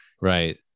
right